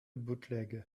bootlegger